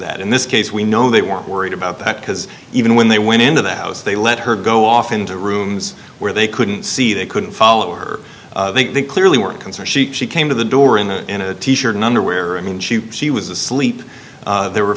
that in this case we know they weren't worried about that because even when they went into the house they let her go off into rooms where they couldn't see they couldn't follow or think they clearly weren't concerned she came to the door in a in a t shirt and underwear i mean she was asleep there were